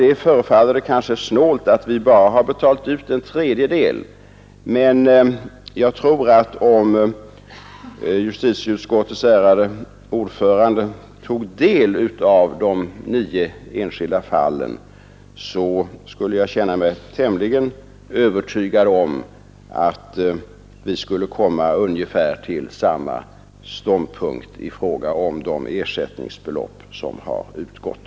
Det förefaller kanske snålt att vi bara har betalat ut en tredjedel, men om justitieutskottets ärade ordförande tog del av materialet beträffande de nio enskilda fallen, känner jag mig tämligen övertygad om att vi skulle komma till ungefär samma stånd punkt i fråga om de ersättningsbelopp som har utgått.